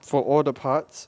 for all the parts